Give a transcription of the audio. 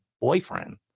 boyfriend